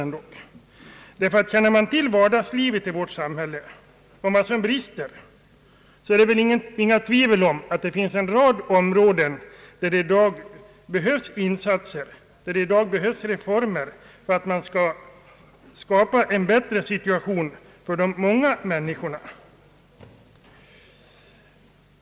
För den som känner till vardagslivet i vårt samhälle och vad som brister där råder det väl inget tvivel om att det finns en rad områden där det i dag behövs reformer för att skapa en bättre situation för de många människorna.